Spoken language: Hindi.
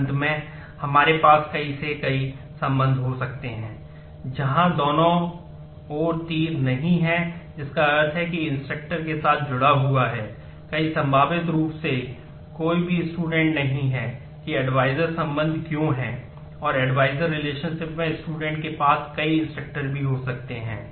और अंत में हमारे पास कई से कई संबंध हो सकते हैं जहां दोनों ओर कोई तीर नहीं है जिसका अर्थ है कि एक इंस्ट्रक्टर भी हो सकते हैं